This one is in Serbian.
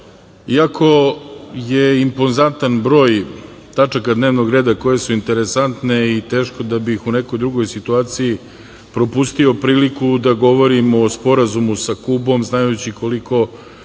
iako je impozantan broj tačaka dnevnog reda koje su interesantne i teško da bih u nekoj drugoj situaciji propustio priliku da govorim o Sporazumu sa Kubom, znajući koliko